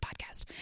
podcast